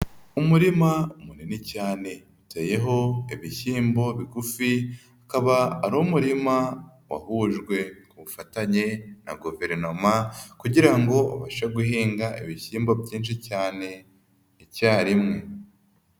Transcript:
Umurima munini cyane uteyeho ibishyimbo bigufi, ukaba ari umurima wahujwe ku ubufatanye na Guverinoma kugira ngo ubashe guhinga ibishyimbo byinshi cyane icyarimwe.